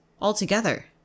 altogether